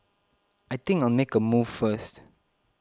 I think I'll make a move first